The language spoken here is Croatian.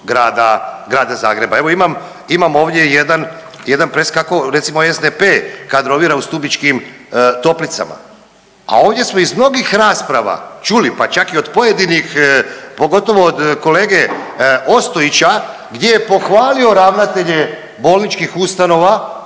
Grada Zagreba, evo imam, imam ovdje jedan press kako recimo SDP kadrovira u Stubičkim Toplicama. A ovdje smo iz mnogih rasprava čuli pa čak i od pojedinih pogotovo od kolege Ostojića gdje je pohvalio ravnatelje bolničkih ustanova